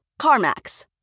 CarMax